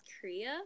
korea